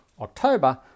October